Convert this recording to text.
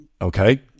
okay